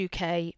uk